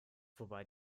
wobei